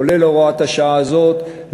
כולל הוראת השעה הזאת,